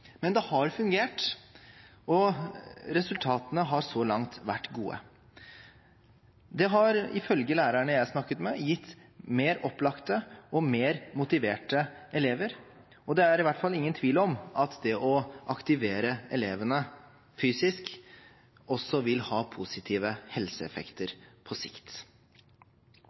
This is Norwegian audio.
Men det har fungert, og resultatene har så langt vært gode. Det har ifølge lærerne jeg snakket med, gitt mer opplagte og mer motiverte elever. Det er i hvert fall ingen tvil om at det å aktivere elevene fysisk også vil ha positive helseeffekter på sikt.